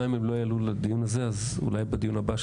גם אם הן לא יעלו לדיון הזה אז אולי בדיון הבא של